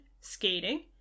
skating